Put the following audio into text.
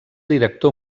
director